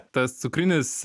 tas cukrinis